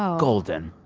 um golden.